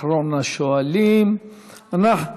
אחרון הנואמים בנאומים בני דקה.